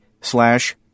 Slash